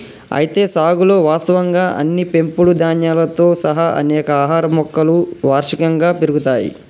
అయితే సాగులో వాస్తవంగా అన్ని పెంపుడు ధాన్యాలతో సహా అనేక ఆహార మొక్కలు వార్షికంగా పెరుగుతాయి